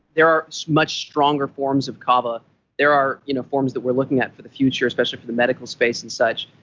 there are much stronger forms of kava there are you know forms that we're looking at in the future, especially with the medical space and such,